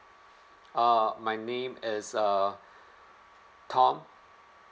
uh my name is uh tom